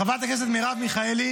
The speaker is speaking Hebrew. חברת הכנסת מרב מיכאלי.